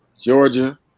Georgia